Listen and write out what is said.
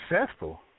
successful